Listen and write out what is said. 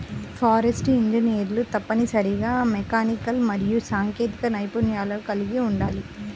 forestry ఇంజనీర్లు తప్పనిసరిగా mechanical మరియు సాంకేతిక నైపుణ్యాలను కలిగి ఉండాలి